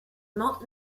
not